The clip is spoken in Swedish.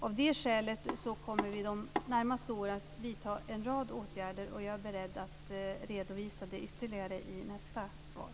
Av det skälet kommer vi de närmaste åren att vidta en rad åtgärder. Jag är beredd att redovisa det ytterligare i nästa svar.